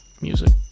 music